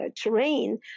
terrain